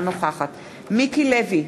נוכחת מיקי לוי,